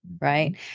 Right